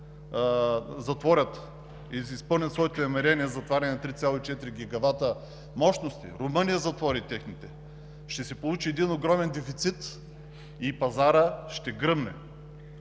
затвори и изпълни своите намерения за затваряне на 3,4 гигавата мощности, Румъния затвори техните, ще се получи един огромен дефицит и пазарът ще гръмне.